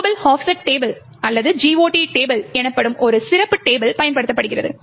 global offset table அல்லது GOT table எனப்படும் சிறப்பு டேபிள் பயன்படுத்தப்படுகிறது